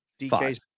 DK's